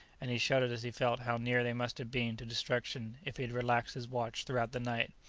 and he shuddered as he felt how near they must have been to destruction if he had relaxed his watch throughout the night.